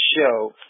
show